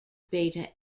beta